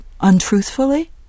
untruthfully